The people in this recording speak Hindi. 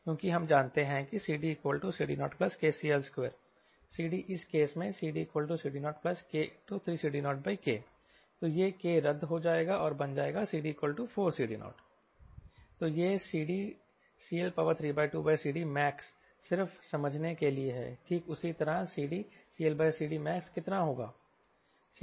क्योंकि हम जानते हैं कि CDCD0kCL2 CD इस केस में CDCD0K3CD0K तो यह K रद्द हो जाएगा और बन जाएगा CD4CD0 तो यह CD CL32CD max सिर्फ समझने के लिए है ठीक उसी तरह CD CLCDmax कितना होगा